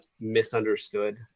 misunderstood